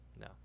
no